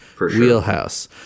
wheelhouse